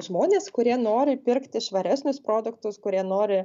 žmonės kurie nori pirkti švaresnius produktus kurie nori